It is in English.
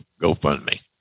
GoFundMe